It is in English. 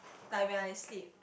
like when I sleep